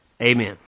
Amen